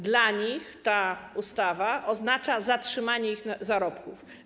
Dla nich ta ustawa oznacza zatrzymanie ich zarobków.